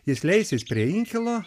jis leisis prie inkilo